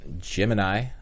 Gemini